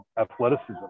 athleticism